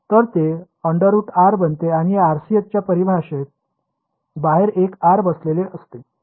तर ते बनते आणि RCS च्या परिभाषेत बाहेर एक R बसलेले असते